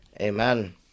Amen